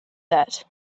that